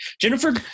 Jennifer